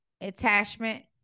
attachment